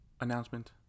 announcement